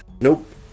Nope